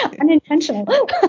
Unintentional